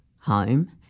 home